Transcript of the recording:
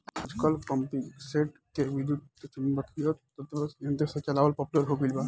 आजकल पम्पींगसेट के विद्युत्चुम्बकत्व यंत्र से चलावल पॉपुलर हो गईल बा